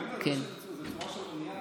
אני אומר, זו צורה של אונייה